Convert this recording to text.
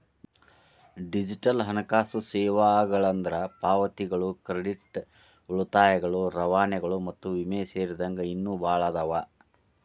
digital ಹಣಕಾಸು ಸೇವೆಗಳಂದ್ರ ಪಾವತಿಗಳು ಕ್ರೆಡಿಟ್ ಉಳಿತಾಯಗಳು ರವಾನೆಗಳು ಮತ್ತ ವಿಮೆ ಸೇರಿದಂಗ ಇನ್ನೂ ಭಾಳ್ ಅದಾವ